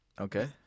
Okay